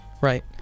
Right